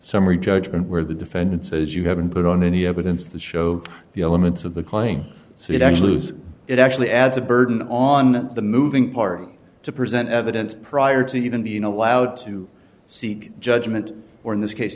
summary judgment where the defendant says you haven't put on any evidence to show the elements of the claim so you actually use it actually adds a burden on the moving party to present evidence prior to even being allowed to seek judgment or in this case